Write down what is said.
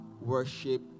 worship